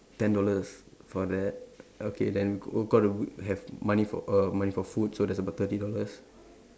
ten dollars for that okay then go got to have money for err money for food so that's about thirty dollars